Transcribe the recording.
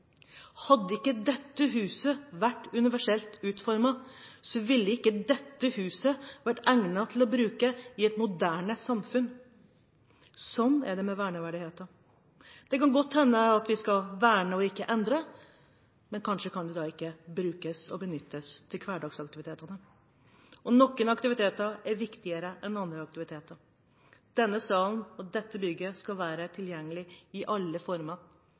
Hadde ikke dette huset vært universelt utformet, ville ikke dette huset vært egnet til å bruke i et moderne samfunn. Slik er det med verneverdigheten. Det kan godt hende at vi skal verne og ikke endre, men kanskje kan det da ikke brukes og benyttes til hverdagsaktivitetene. Og noen aktiviteter er viktigere enn andre aktiviteter: Denne salen, og dette bygget, skal være tilgjengelig i alle former.